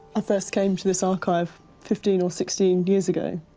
ah first came to this archive fifteen or sixteen years ago,